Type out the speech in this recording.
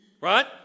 right